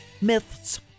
myths